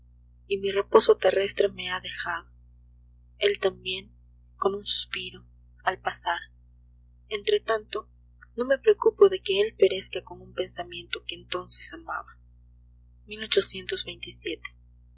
mi reposo terrestre me ha dejado él también con un suspiro al pasar entre tanto no me preocupo de que él perezca con un pensamiento que entonces amaba